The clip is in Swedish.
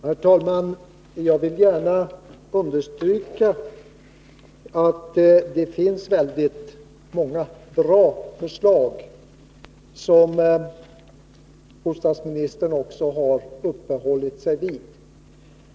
Herr talman! Jag vill gärna understryka att det finns väldigt många bra förslag, som bostadsministern också har uppehållit sig vid.